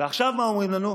ועכשיו מה אומרים לנו?